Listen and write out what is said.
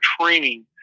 training